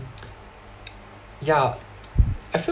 yeah I feel